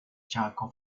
chaco